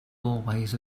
hallways